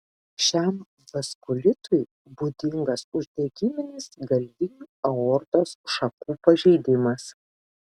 šiam vaskulitui būdingas uždegiminis galvinių aortos šakų pažeidimas